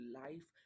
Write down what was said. life